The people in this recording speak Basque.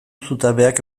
zutabeak